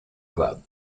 club